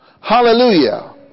Hallelujah